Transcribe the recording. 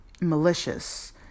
malicious